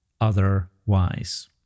otherwise